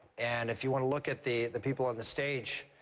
and if you want to look at the the people on the stage,